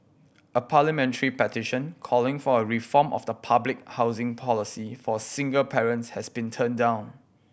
a parliamentary petition calling for a reform of the public housing policy for single parents has been turned down